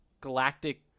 galactic